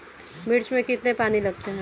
मिर्च में कितने पानी लगते हैं?